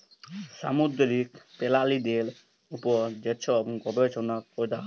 সামুদ্দিরিক পেরালিদের উপর যে ছব গবেষলা ক্যরা হ্যয়